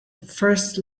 first